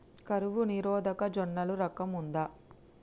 కరువు నిరోధక జొన్నల రకం ఉందా?